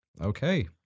Okay